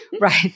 Right